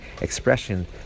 expression